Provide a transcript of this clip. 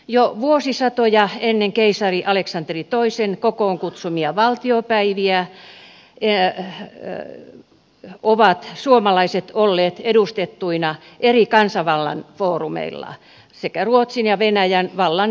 jo vuosisatoja ennen keisari aleksanteri iin kokoon kutsumia valtiopäiviä ovat suomalaiset olleet edustettuina eri kansanvallan foorumeilla sekä ruotsin että venäjän vallan alaisuuden aikana